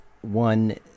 one